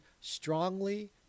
strongly